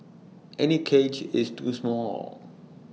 any cage is too small